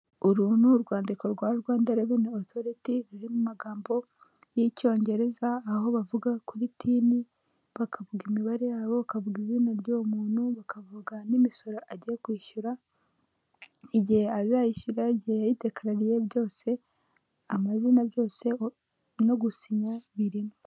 Uru ni urwandiko rwa Rwanda reveni otoriti ruri mu magambo y'icyongereza aho bavuga kuri tini, bakavuga imibare yabo bakavuga izina ry'uwo muntu, bakavuga n'imisoro agiye kwishyura, igihe azayishyura igihe yadekarariye byose, amazina byose no gusinya birimo.